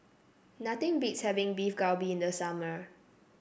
nothing beats having Beef Galbi in the summer